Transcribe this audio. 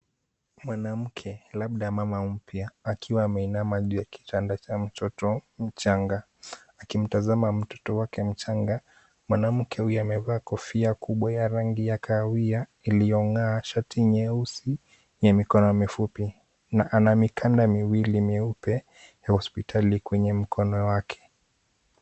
Mwanamke labda mama mpya akiwa ameinama juu ya kitanda cha mtoto mchanga, akimtazama mtoto wake mchanga. Mwanamke huyu amevaa kofia kubwa ya rangi ya kahawia iliyong'aa, shati nyeusi ya mikono mifupi na ana mikanda miwili mieupe ya hospitali kwenye mkono wake.